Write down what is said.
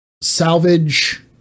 salvage